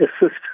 assist